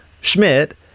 Schmidt